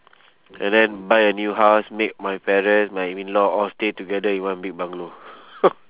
and then buy a new house make my parents my in-law all stay together in one big bungalow